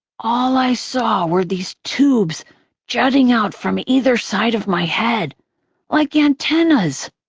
all i saw were these tubes jutting out from either side of my head like antennas.